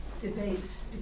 debates